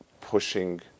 pushing